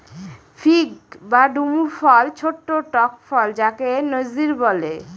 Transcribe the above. fig বা ডুমুর ফল ছোট্ট টক ফল যাকে নজির বলে